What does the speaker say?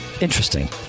Interesting